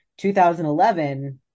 2011